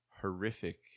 Horrific